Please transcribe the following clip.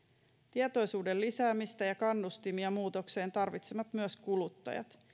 tietoisuuden lisäämistä ja kannustimia muutokseen tarvitsevat myös kuluttajat